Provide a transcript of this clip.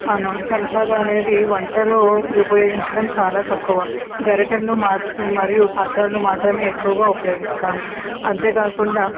అవును చెంచాలు అనేవి వంటలో ఉపయోగించడం చాలా తక్కువ గరిటలను మాత్ మరియు పాత్రలను మాత్రమే ఎక్కువగా ఉపయోగిస్తాను అంతేకాకుండా